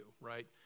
right